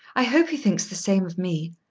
i hope he thinks the same of me.